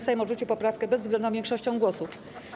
Sejm odrzucił poprawkę bezwzględną większością głosów.